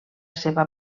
seva